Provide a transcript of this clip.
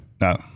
no